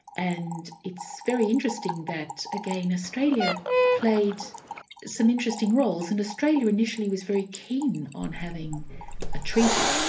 and it's very interesting that again, australia played some interesting roles, and australia initially was very keen on having a treaty.